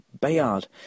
Bayard